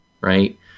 right